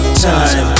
time